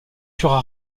furent